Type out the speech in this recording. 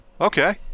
okay